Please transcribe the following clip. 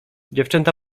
dziewczęta